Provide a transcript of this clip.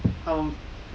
他们